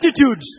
attitudes